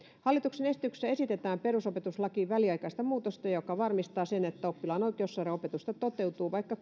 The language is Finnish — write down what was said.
hallituksen esityksessä esitetään perusopetuslakiin väliaikaista muutosta joka varmistaa sen että oppilaan oikeus saada opetusta toteutuu vaikka